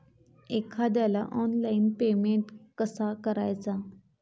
एखाद्याला online payment कसा करायचा?